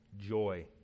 joy